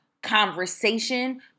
conversation